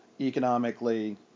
economically